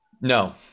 No